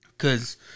Cause